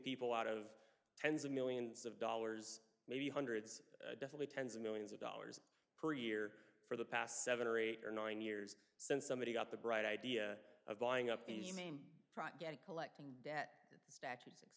people out of tens of millions of dollars maybe hundreds definitely tens of millions of dollars per year for the past seven or eight or nine years since somebody got the bright idea of going up in the name get collecting debt statue